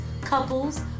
couples